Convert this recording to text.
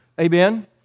Amen